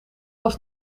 was